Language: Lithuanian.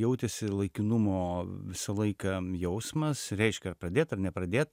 jautėsi laikinumo visą laiką jausmas reiškia pradėt ar nepradėt